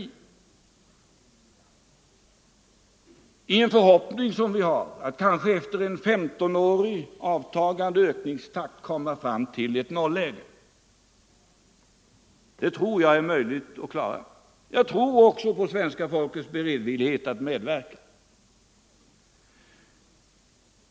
Det är en förhoppning som vi har att efter kanske 15 år med avtagande ökningstakt komma fram till ett nolläge. Det tror jag är möjligt att klara. Jag tror också på svenska folkets beredvillighet att medverka.